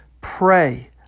Pray